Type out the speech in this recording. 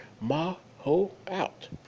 Ma-ho-out